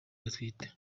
batwite